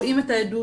רואים את העדות,